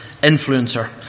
influencer